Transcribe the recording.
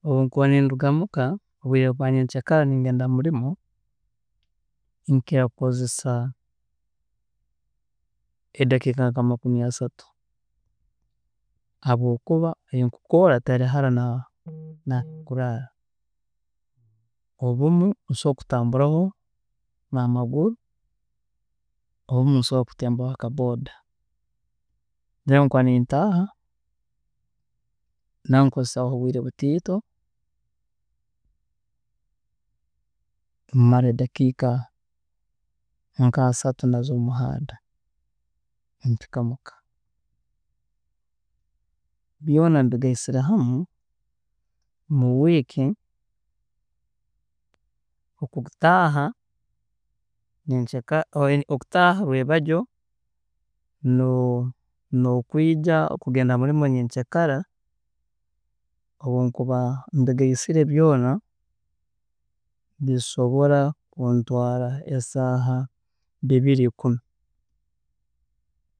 ﻿Obu nkuba ninduga muka obwiire bwa nyenkya kara ningenda hamurimo, nkira kukozesa edakiika nka makumi asatu habwokuba mbere nkukoorra tihari hara na nambere nkuraara, obumu nsobola kutamburaho namaguru, obumu nsobola kutembaho akaboda, then obu nkuba nintaaha, naho nkozesaho obwiire butoito, maraho edakiika nka asatu nazo mumuhanda nimpika muka byoona mbigaisire hamu, mu wiiki, okutaaha okutaaha rwebajyo nokwija kugenda hamurimo nyenkya kara obu nkuba mbigaisire byoona bisobora kuntwaarra esaaha bibiri ikumi.